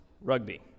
rugby